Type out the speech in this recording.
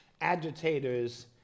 agitators